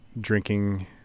drinking